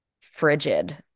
frigid